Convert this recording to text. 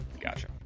Gotcha